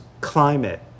Climate